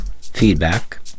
feedback